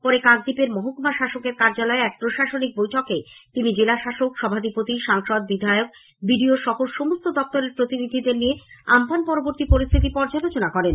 পরে কাকদ্বীপের মহকুমা শাসকের কার্যালয়ে এক প্রশাসনিক বৈঠকে তিনি জেলাশাসক সভাধিপতি সাংসদ বিধায়ক বিডিও সহ সমস্ত দফতরের প্রতিনিধিদের নিয়ে আমপান পরবর্তী পরিস্হিতি পর্যালোচনা করেন